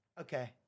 Okay